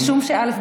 משום שא',